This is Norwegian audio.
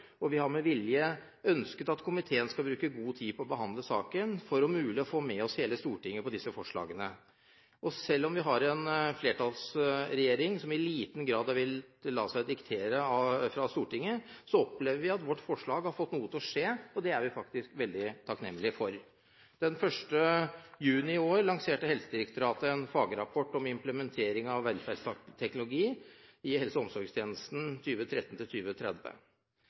og vi har med vilje ønsket at komiteen skulle bruke god tid på å behandle saken for om mulig å få med oss hele Stortinget på disse forslagene. Selv om vi har en flertallsregjering som i liten grad vil la seg diktere av Stortinget, opplever vi at vårt forslag har fått noe til å skje, og det er vi veldig takknemlige for. Den 1. juni i år lanserte Helsedirektoratet en fagrapport om implementering av velferdsteknologi i de kommunale helse- og omsorgstjenestene 2013–2030. Av hovedkonklusjonene ser vi bl.a. at det tas til